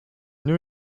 new